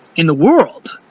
in the world.